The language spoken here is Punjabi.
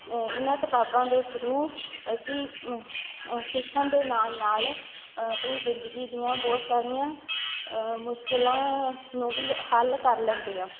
ਇਹਨਾਂ ਕਿਤਾਬਾਂ ਦੇ ਥਰੂ ਅਸੀਂ ਸਿੱਖਣ ਦੇ ਨਾਲ਼ ਨਾਲ਼ ਆਪਣੀ ਜ਼ਿੰਦਗੀ ਦੀਆਂ ਬਹੁਤ ਸਾਰੀਆਂ ਮੁਸ਼ਕਲਾਂ ਨੂੰ ਵੀ ਹੱਲ ਕਰ ਲੈਂਦੇ ਹਾਂ